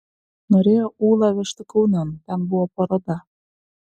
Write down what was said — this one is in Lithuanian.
norėjo ūlą vežti kaunan ten buvo paroda